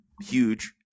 huge